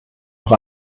noch